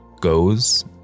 goes